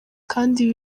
kandi